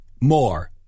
More